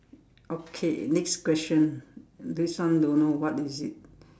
okay next question and this one don't know what is it